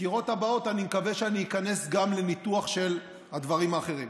בסקירות הבאות אני מקווה שאני איכנס גם לניתוח של הדברים האחרים.